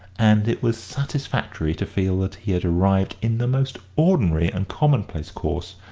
and it was satisfactory to feel that he had arrived in the most ordinary and commonplace course,